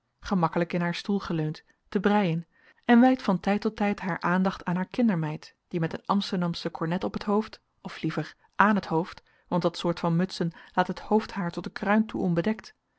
gemakkelijk in haar stoel geleund te breien en wijdt van tijd tot tijd haar aandacht aan haar kindermeid die met een amsterdamsche kornet op t hoofd of liever ààn t hoofd want dat soort van mutsen laat het hoofdhaar tot de kruin toe onbedekt